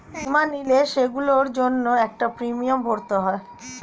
বীমা নিলে, সেগুলোর জন্য একটা প্রিমিয়াম ভরতে হয়